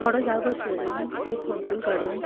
थोडो जागो सोडून एक फोंडकूल काडून